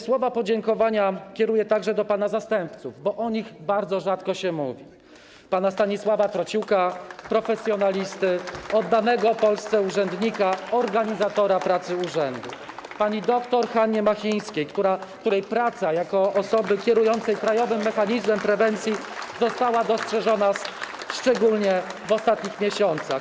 Słowa podziękowania kieruję także do pana zastępców, bo o nich bardzo rzadko się mówi: pana Stanisława Trociuka, profesjonalisty, oddanego Polsce urzędnika, organizatora pracy urzędu, pani dr Hanny Machińskiej, której praca jako osoby kierującej krajowym mechanizmem prewencji została dostrzeżona, szczególnie w ostatnich miesiącach.